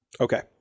Okay